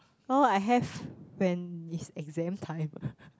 [oh]I have when it's exam time